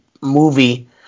movie